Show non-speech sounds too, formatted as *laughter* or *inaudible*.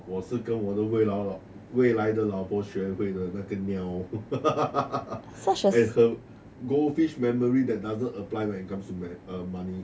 我是跟我的未来了未来的老婆学会的那个 niao *laughs* and her goldfish memory that doesn't apply when it comes to man~ uh money